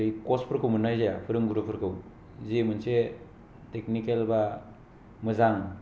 जेरै कसफोरखौ मोननाय जाया फोरोंगुरुफोरखौ जे मोनसे टेकनिकेल बा मोजां